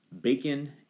Bacon